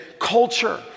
culture